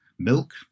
milk